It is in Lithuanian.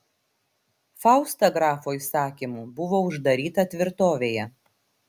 fausta grafo įsakymu buvo uždaryta tvirtovėje